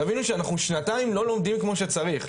תבינו שאנחנו שנתיים לא לומדים כמו שצריך.